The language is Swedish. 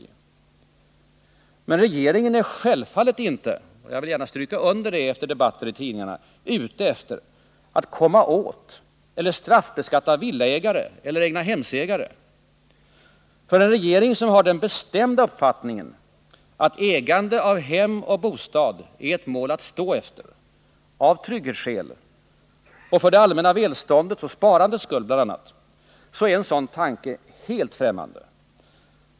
Men regeringen är självfallet — jag vill gärna stryka under det efter de debatter som förekommit i tidningarna — inte ute efter att komma åt eller straffbeskatta villaägare eller egnahemsägare. För en regering som har den bestämda uppfattningen att ägande av hem och bostad är ett mål att stå efter —-av trygghetsskäl bl.a. och för det allmänna välståndets och sparandets skull —är en sådan tanke helt ffträmmande.